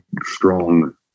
strong